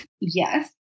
Yes